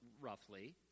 roughly